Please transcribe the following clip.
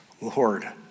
Lord